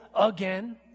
again